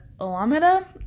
Alameda